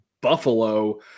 Buffalo